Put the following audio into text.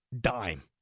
dime